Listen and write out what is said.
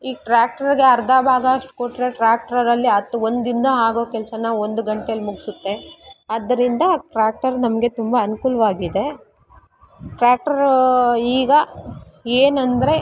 ಈ ಟ್ರ್ಯಾಕ್ಟ್ರಗೆ ಅರ್ಧ ಭಾಗ ಅಷ್ಟು ಕೊಟ್ಟರೆ ಟ್ರ್ಯಾಕ್ಟರಲ್ಲಿ ಹತ್ ಒಂದು ದಿನ್ದಲ್ಲಿ ಆಗೋ ಕೆಲಸ ಒಂದು ಗಂಟೆಲಿ ಮುಗಿಸುತ್ತೆ ಆದ್ದರಿಂದ ಟ್ರ್ಯಾಕ್ಟರ್ ನಮಗೆ ತುಂಬ ಅನುಕೂಲ್ವಾಗಿದೆ ಟ್ರ್ಯಾಕ್ಟ್ರ್ ಈಗ ಏನಂದರೆ